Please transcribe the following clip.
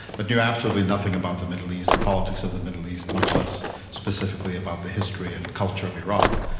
but he knew absolutely nothing about the middle east, the politics of the middle east, much less specifically about the history and culture of iraq.